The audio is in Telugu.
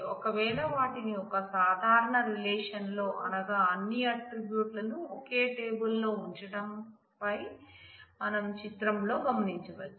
ఒకవేళ వాటిని ఒకే సాధారణ రిలేషన్లో అనగా అన్ని ఆట్రిబ్యూట్లను ఒకే టేబుల్ లో ఉంచటం మనం పై చిత్రంలో గమనించవచ్చు